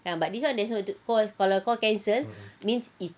ya but this [one] there is no ka~ kalau kau cancel means is